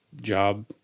job